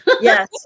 yes